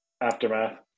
aftermath